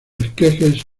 esquejes